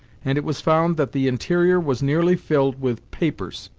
and it was found that the interior was nearly filled with papers.